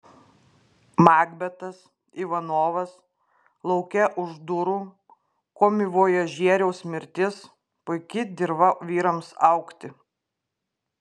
makbetas ivanovas lauke už durų komivojažieriaus mirtis puiki dirva vyrams augti